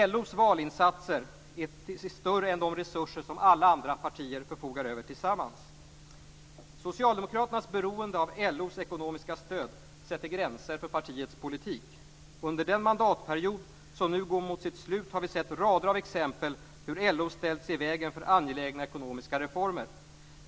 LO:s valinsatser är större än de resurser som alla andra partier förfogar över tillsammans. Socialdemokraternas beroende av LO:s ekonomiska stöd sätter gränser för partiets politik. Under den mandatperiod som nu går mot sitt slut har vi sett rader av exempel på hur LO ställt sig i vägen för angelägna ekonomiska reformer.